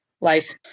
life